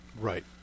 Right